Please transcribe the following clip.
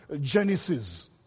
genesis